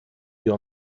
wir